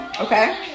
Okay